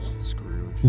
Scrooge